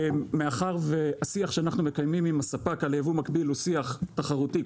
מאחר והשיח שאנחנו מקיימים עם הספק על ייבוא מקביל הוא שיח תחרותי,